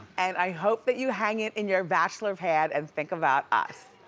and i hope that you hang it in your bachelor pad and think about us.